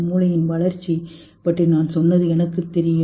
மூளையின் வளர்ச்சி பற்றி நான் சொன்னது எங்களுக்குத் தெரியும்